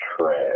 trash